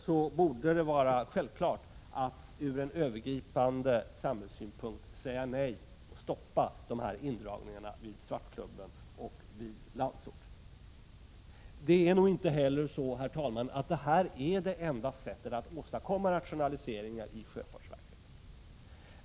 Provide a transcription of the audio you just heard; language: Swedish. Det borde därför vara självklart att ur en övergripande samhällssynpunkt säga nej och stoppa dessa indragningar vid Svartklubben och Landsort. Detta är nog inte heller det enda sättet att åstadkomma rationaliseringar i sjöfartsverket.